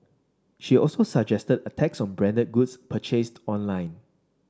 she also suggested a tax on branded goods purchased online